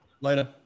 Later